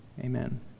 Amen